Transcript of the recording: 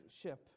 ship